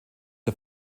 der